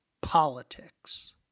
politics